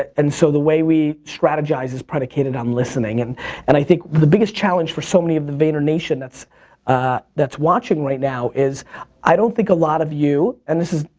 and so the way we strategize is predicated on listening, and and i think the biggest challenge for so many of the vaynernation that's ah that's watching right now is i don't think a lot of you, and this is,